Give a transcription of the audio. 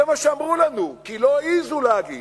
זה מה שאמרו לנו, כי לא העזו להגיד,